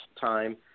time